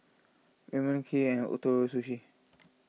Ramen Kheer and Ootoro Sushi